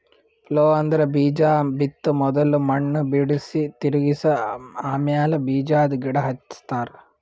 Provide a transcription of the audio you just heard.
plough ಅಂದ್ರ ಬೀಜಾ ಬಿತ್ತ ಮೊದುಲ್ ಮಣ್ಣ್ ಬಿಡುಸಿ, ತಿರುಗಿಸ ಆಮ್ಯಾಲ ಬೀಜಾದ್ ಗಿಡ ಹಚ್ತಾರ